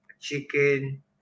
chicken